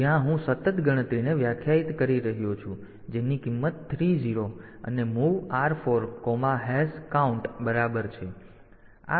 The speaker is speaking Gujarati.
તેથી જ્યાં હું સતત ગણતરીને વ્યાખ્યાયિત કરી રહ્યો છું જેની કિંમત 30 અને MOV R4count બરાબર છે